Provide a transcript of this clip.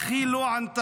אך היא לא ענתה.